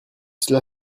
cela